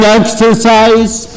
exercise